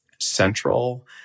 central